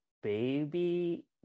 baby